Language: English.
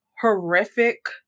horrific